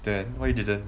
then why you didn't